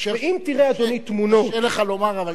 ואם תראה, אדוני, תמונות, קשה לך לומר, אבל